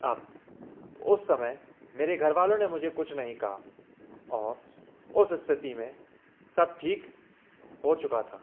अब उस समय मेरे घरवालों ने मुझे कुछ नहीं कहा और उस स्थिति में सब ठीक हो चुका था